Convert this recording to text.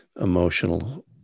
emotional